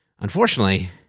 Unfortunately